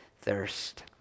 thirst